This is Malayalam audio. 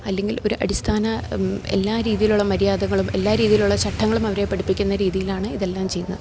അല്ലെങ്കിൽ ഒരു അടിസ്ഥാന എല്ലാ രീതിയിലുള്ള മര്യാദകളും എല്ലാ രീതിയിലുള്ള ചട്ടങ്ങളും അവരെ പഠിപ്പിക്കുന്ന രീതിയിലാണ് ഇതെല്ലാം ചെയ്യുന്നത്